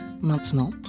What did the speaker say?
Maintenant